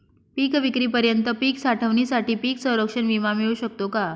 पिकविक्रीपर्यंत पीक साठवणीसाठी पीक संरक्षण विमा मिळू शकतो का?